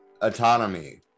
Autonomy